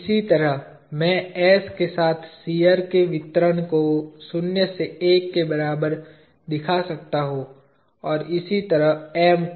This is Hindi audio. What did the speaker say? इसी तरह मैं s के साथ शियर के वितरण को शून्य से एक के बराबर दिखा सकता हूं और इसी तरह M को